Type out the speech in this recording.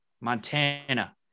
Montana